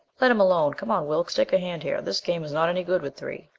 let him alone! come on, wilks, take a hand here. this game is not any good with three.